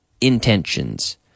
intentions